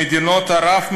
ממדינות ערב,